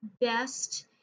best